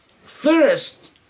first